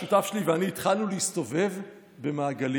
השותף שלי ואני התחלנו להסתובב במעגלים.